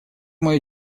мое